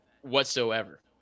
whatsoever